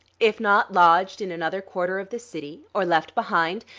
if not lodged in another quarter of the city, or left behind,